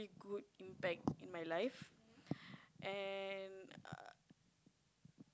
good impact in my life and